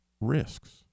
risks